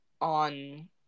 on